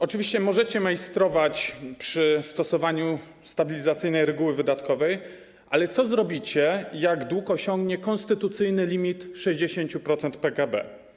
Oczywiście możecie majstrować przy stosowaniu stabilizacyjnej reguły wydatkowej, ale co zrobicie, jak dług osiągnie konstytucyjny limit 60% PKB?